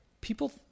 people